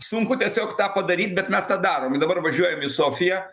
sunku tiesiog tą padaryt bet mes tą darom ir dabar važiuojam į sofiją